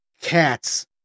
cats